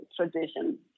tradition